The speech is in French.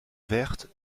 verte